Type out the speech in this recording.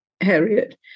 Harriet